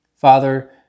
Father